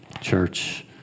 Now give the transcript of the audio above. church